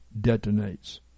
detonates